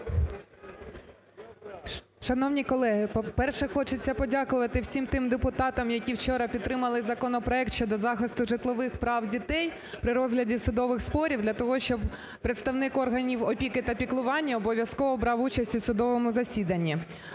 Шановні колеги! По-перше, хочеться подякувати всім тим депутатам, які вчора підтримали законопроект щодо захисту житлових прав дітей при розгляді судових спорів. Для того, щоб представник органів опіки та піклування обов'язково брав участь у судовому засіданні.